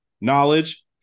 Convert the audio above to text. knowledge